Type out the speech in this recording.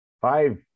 five